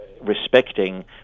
respecting